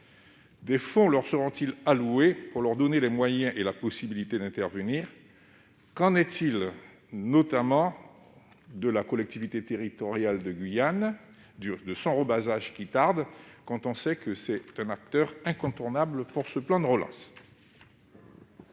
Des fonds leur seront-ils alloués pour leur donner les moyens et la possibilité d'intervenir ? Je pense en particulier à la collectivité territoriale de Guyane, dont le rebasage tarde : elle est un acteur incontournable pour ce plan de relance !